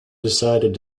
decided